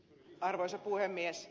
arvoisa puhemies